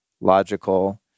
logical